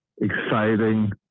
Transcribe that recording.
exciting